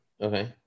okay